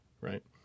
Right